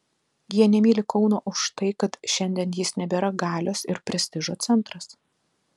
jie nemyli kauno už tai kad šiandien jis nebėra galios ir prestižo centras